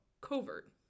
covert